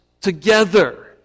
together